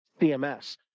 CMS